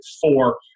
four